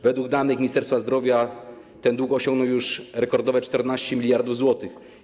Według danych Ministerstwa Zdrowia ten dług osiągnął już rekordowe 14 mld zł.